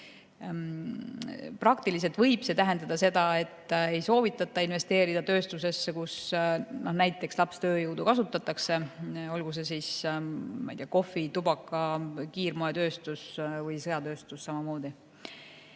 Praktiliselt võib see tähendada seda, et ei soovitata investeerida tööstusesse, kus näiteks lapstööjõudu kasutatakse, olgu see siis, ma ei tea, kohvi‑, tubaka‑, kiirmoe‑ või sõjatööstus. Eraldi